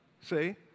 See